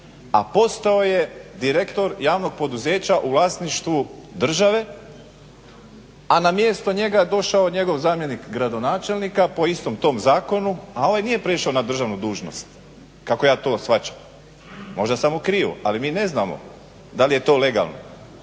a postao je direktor javnog poduzeća u vlasništvu države, a na mjesto njega je došao njegov zamjenik gradonačelnika po istom tom zakonu, a ovaj nije prešao na državnu dužnost kako ja to shvaćam. Možda sam u krivu, ali mi ne znamo da li je to legalno.